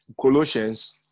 Colossians